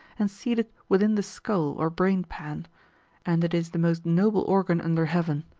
and seated within the skull or brain pan and it is the most noble organ under heaven,